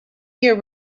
year